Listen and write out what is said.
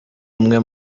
umwe